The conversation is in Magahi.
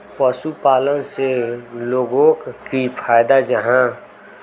पशुपालन से लोगोक की फायदा जाहा?